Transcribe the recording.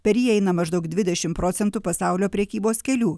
per jį maždaug dvidešim procentų pasaulio prekybos kelių